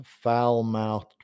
foul-mouthed